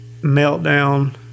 Meltdown